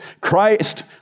Christ